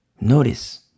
Notice